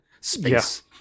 space